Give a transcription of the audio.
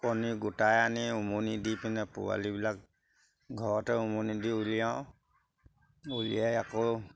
কণী গোটাই আনি উমনি দি পিনে পোৱালিবিলাক ঘৰতে উমনি দি উলিয়াওঁ উলিয়াই আকৌ